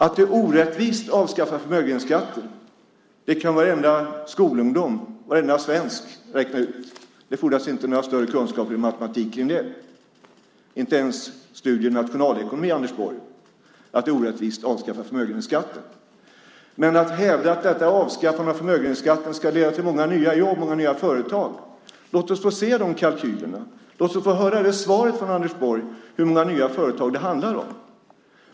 Att det är orättvist att avskaffa förmögenhetsskatten kan varenda skolungdom och varenda svensk räkna ut. Det fordras inte några större kunskaper i matematik, inte ens studier i nationalekonomi, för att se att det är orättvist att avskaffa förmögenhetsskatten. Man hävdar att detta avskaffande av förmögenhetsskatten ska leda till många nya jobb och nya företag. Låt oss få se de kalkylerna. Låt oss höra ett svar från Anders Borg på hur många nya företag det handlar om.